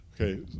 Okay